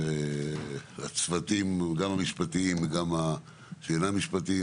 לצוותים המשפטיים ולצוותים שאינם משפטיים.